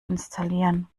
installieren